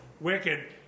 wicked